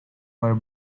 were